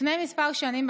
לפני כמה שנים,